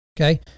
Okay